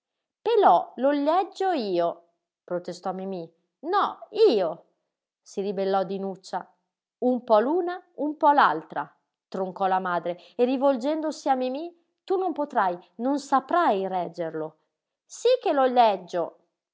lo lleggio io protestò mimí no io si ribellò dinuccia un po l'una un po l'altra troncò la madre e rivolgendosi a mimí tu non potrai non saprai reggerlo sí che lo lleggio